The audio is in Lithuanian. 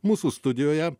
mūsų studijoje